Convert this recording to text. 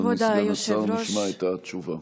אדוני סגן השר, נשמע את התשובה.